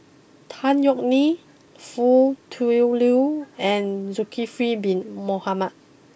Tan Yeok Nee Foo Tui Liew and Zulkifli Bin Mohamed